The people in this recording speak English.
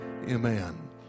amen